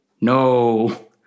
no